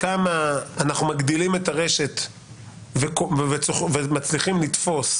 מגדילים את הרשת ומצליחים לתפוס